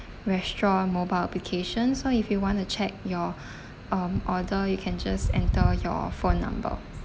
restaurant mobile application so if you want to check your um order you can just enter your phone number